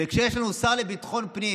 וכשיש לנו שר לביטחון הפנים